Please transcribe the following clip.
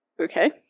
Okay